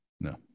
no